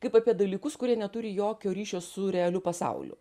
kaip apie dalykus kurie neturi jokio ryšio su realiu pasauliu